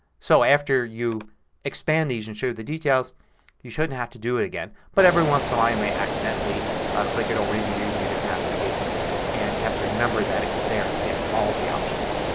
so after you expand these and show the details you shouldn't have to do it again. but every once in awhile you may accidentally click it or maybe you're using a different application and you have to remember that it's there to get all of the options.